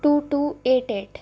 two two eight eight